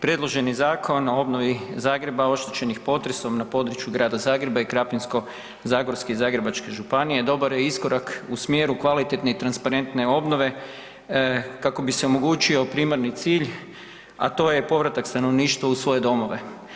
Predloženi Zakon o obnovi Zagreba oštećenih potresom na području Grada Zagreba i Krapinsko-zagorske i Zagrebačke županije dobar je iskorak u smjeru kvalitetne i transparentne obnove kako bi se omogućio primarni cilj, a to je povratak stanovništva u svoje domove.